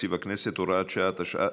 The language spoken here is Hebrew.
תקציב הכנסת) (הוראת שעה),